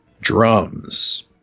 Drums